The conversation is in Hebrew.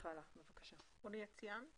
בבקשה, נמשיך הלאה.